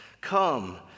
Come